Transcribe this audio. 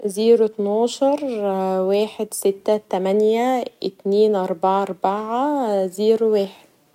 زيرو اتناشر واحد سته تمانيه اتنين اربعه اربعه زيرو واحد.